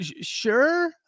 sure